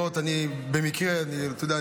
אתה יודע,